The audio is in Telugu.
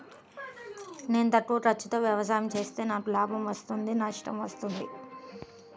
నేను తక్కువ ఖర్చుతో వ్యవసాయం చేస్తే నాకు లాభం వస్తుందా నష్టం వస్తుందా?